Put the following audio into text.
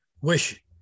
wish